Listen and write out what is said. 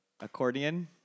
accordion